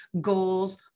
goals